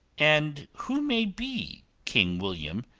and who may be king william,